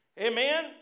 Amen